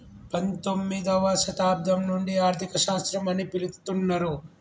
పంతొమ్మిదవ శతాబ్దం నుండి ఆర్థిక శాస్త్రం అని పిలుత్తున్నరు